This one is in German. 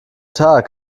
tag